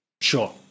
Sure